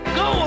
go